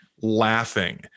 laughing